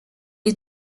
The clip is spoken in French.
est